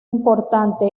importante